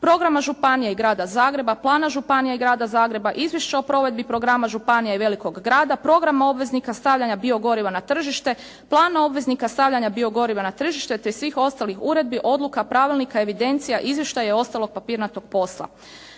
programa županija i Grada Zagreba, plana županija i Grada Zagreba, izvješća o provedbi programa županija i velikog grada, program obveznika stavljanja biogoriva na tržište, plana obveznika stavljanja biogoriva na tržište te svih ostalih uredbi, odluka, pravilnika, evidencija, izvještaja i ostalog papirnatog posla.